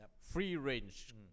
free-range